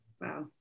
wow